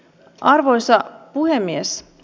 arvoisa puhemies